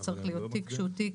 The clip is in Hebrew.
הוא צריך להיות תיק שהוא תיק.